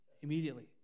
immediately